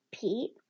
Pete